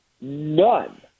none